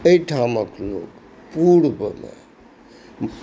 एहिठामके लोक पूर्वमे